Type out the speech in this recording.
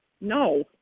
No